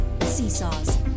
Seesaws